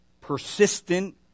persistent